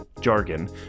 jargon